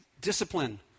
Discipline